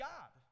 God